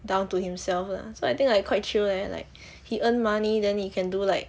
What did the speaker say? down to himself lah so I think like quite chill leh like he earn money then he can do like